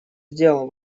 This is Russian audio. сделал